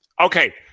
Okay